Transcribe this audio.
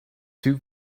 two